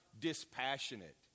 dispassionate